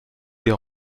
des